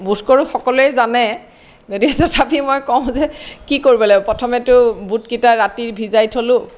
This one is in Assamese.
বোধকৰো সকলোৱে জানে গতিকে তথাপিও মই কওঁ যে কি কৰিব লাগিব প্ৰথমতেটো বুট কেইটা ৰাতি ভিজাই থলোঁ